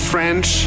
French